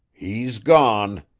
he's gone,